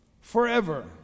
forever